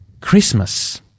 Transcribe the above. Christmas